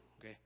okay